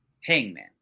hangman